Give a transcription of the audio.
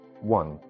One